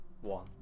one